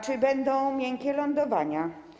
Czy będą miękkie lądowania?